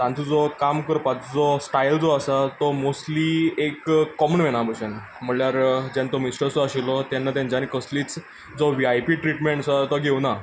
तांचो जो काम करपाचो स्टायल जो आसा तो मोस्टली एक कोमन मेना भशेन म्हणजे जेन्ना तो मिनिस्टर सुध्दा आशिल्लो तेन्ना तांच्यानी कसलीच जो व्ही आय पी ट्रिटमेंट आसा तो घेवूना